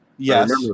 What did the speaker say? Yes